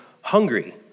hungry